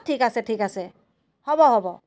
অঁ ঠিক আছে ঠিক আছে হ'ব হ'ব